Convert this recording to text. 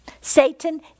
Satan